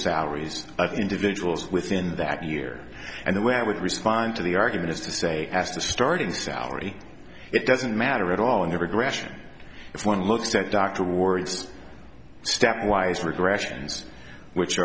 salaries of individuals within that year and the way i would respond to the argument is to say as a starting salary it doesn't matter at all in every direction if one looks at dr ward's stepwise regression which